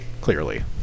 Clearly